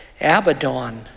Abaddon